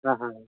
ᱦᱮᱸ ᱦᱮᱸ